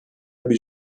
bir